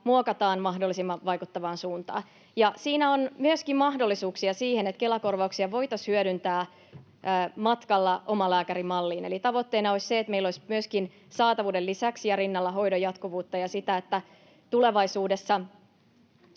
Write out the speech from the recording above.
muokataan mahdollisimman vaikuttavaan suuntaan. Siinä on myöskin mahdollisuuksia siihen, että Kela-korvauksia voitaisiin hyödyntää matkalla omalääkärimalliin, eli tavoitteena olisi, että meillä olisi myöskin saatavuuden lisäksi ja rinnalla hoidon jatkuvuutta ja sitä, että tulevaisuudessa